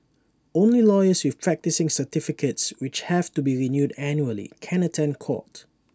only lawyers with practising certificates which have to be renewed annually can attend court